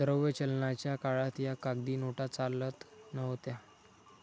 द्रव्य चलनाच्या काळात या कागदी नोटा चालत नव्हत्या